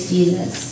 Jesus